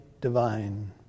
divine